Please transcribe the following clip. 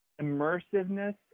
immersiveness